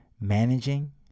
Managing